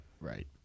right